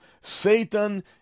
Satan